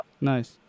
nice